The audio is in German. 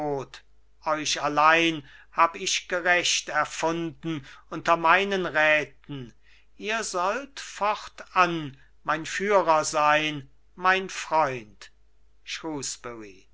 euch allein hab ich gerecht erfunden unter meinen räten ihr sollt fortan mein führer sein mein freund